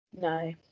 No